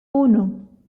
uno